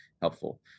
helpful